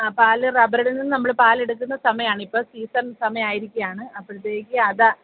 ആ പാല് റബറിൽ നിന്ന് നമ്മള് പാലെടുക്കുന്ന സമയാണിപ്പം സീസൺ സമയം ആയിരിക്കുകയാണ് അപ്പഴത്തേക്ക് അതാ